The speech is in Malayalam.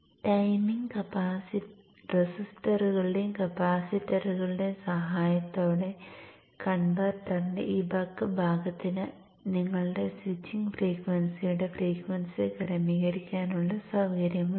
ടൈമിംഗ് റെസിസ്റ്ററുകളുടെയും കപ്പാസിറ്ററുകളുടെയും സഹായത്തോടെ കൺവെർട്ടറിന്റെ ഈ ബക്ക് ഭാഗത്തിന് നിങ്ങളുടെ സ്വിച്ചിംഗ് ഫ്രീക്വൻസിയുടെ ഫ്രീക്വൻസി ക്രമീകരിക്കാനുള്ള സൌകര്യമുണ്ട്